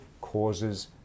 causes